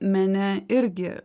mene irgi